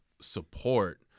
support